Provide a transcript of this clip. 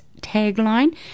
tagline